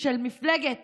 של מפלגת